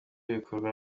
bikorwa